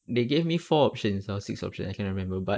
they gave me four options or six option I cannot remember but